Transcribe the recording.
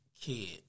kid